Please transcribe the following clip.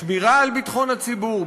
שמירה על ביטחון הציבור,